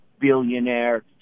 billionaire